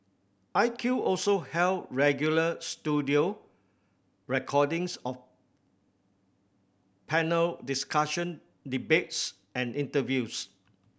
I Q also held regular studio recordings of panel discussion debates and interviews